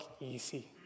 easy